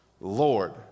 Lord